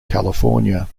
california